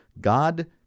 God